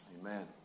Amen